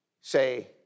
say